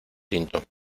tinto